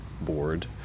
Board